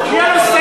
בענייני דיור?